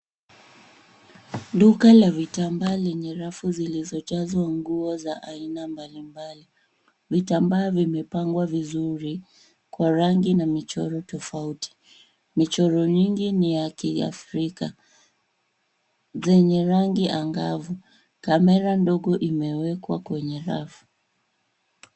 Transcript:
Duka la vitambaa lenye rafu zilizojazwa nguo za aina mbalimbali. Vitambaa vimepangwa vizuri kwa rangi na michoro tofauti. Michoro nyingi ni ya kiafrika, zenye rangi angavu. Kamera ndogo imewekwa kwenye rafu